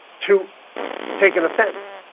to take an offense